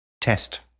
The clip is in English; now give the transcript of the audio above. test